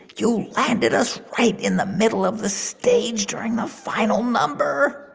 you landed us right in the middle of the stage during the final number